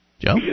Joe